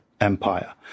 Empire